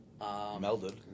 Melded